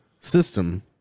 system